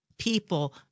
people